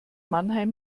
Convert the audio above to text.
mannheim